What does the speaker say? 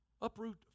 uproot